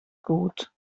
gut